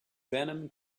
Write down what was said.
venom